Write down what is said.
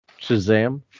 shazam